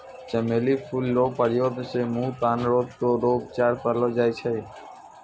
चमेली फूल रो प्रयोग से मुँह, कान रोग रो उपचार करलो जाय छै